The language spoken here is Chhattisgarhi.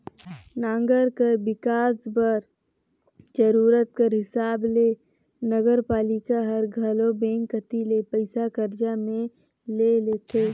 नंगर कर बिकास बर जरूरत कर हिसाब ले नगरपालिका हर घलो बेंक कती ले पइसा करजा में ले लेथे